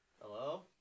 Hello